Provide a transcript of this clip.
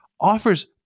offers